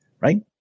right